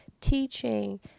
teaching